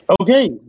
Okay